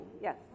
Yes